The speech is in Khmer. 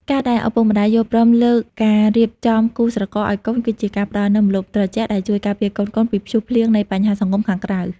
ការដែលឪពុកម្ដាយយល់ព្រមលើការរៀបចំគូស្រករឱ្យកូន គឺជាការផ្ដល់នូវ "ម្លប់ត្រជាក់" ដែលជួយការពារកូនៗពីព្យុះភ្លៀងនៃបញ្ហាសង្គមខាងក្រៅ។